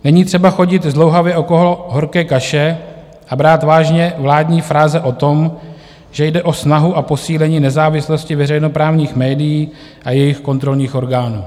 Není třeba chodit zdlouhavě okolo horké kaše a brát vážně vládní fráze o tom, že jde o snahu a posílení nezávislosti veřejnoprávních médií a jejich kontrolních orgánů.